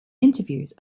interviews